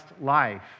life